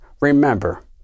Remember